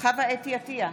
חוה אתי עטייה,